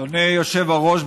אדוני היושב-ראש,